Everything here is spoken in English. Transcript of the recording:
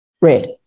red